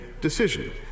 decision